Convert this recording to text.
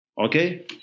Okay